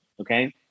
Okay